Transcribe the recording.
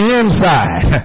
inside